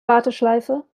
warteschleife